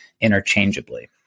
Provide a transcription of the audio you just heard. interchangeably